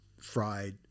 Fried